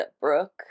brooke